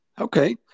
Okay